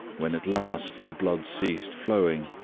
when at last the blood ceased flowing,